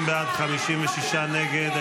50 בעד, 56 נגד.